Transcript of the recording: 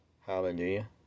hallelujah